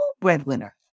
breadwinner